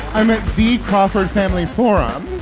i'm at the crawford family forum.